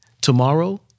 tomorrow